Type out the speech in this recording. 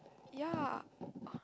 ya